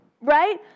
right